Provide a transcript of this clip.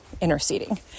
interceding